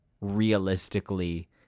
realistically